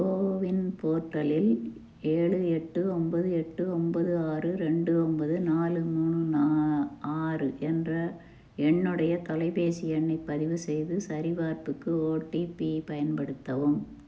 CoWIN போர்ட்டலில் ஏழு எட்டு ஒம்போது எட்டு ஒம்போது ஆறு ரெண்டு ஒம்போது நாலு மூணு ஆறு என்ற என்னுடைய தொலைபேசி எண்ணை பதிவு செய்து சரிபார்ப்புக்கு ஓடிபி பயன்படுத்தவும்